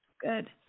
Good